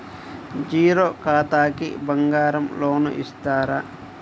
Zero ఖాతాకి బంగారం loan ఇస్తారా?